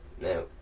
now